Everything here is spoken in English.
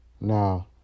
Now